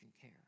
care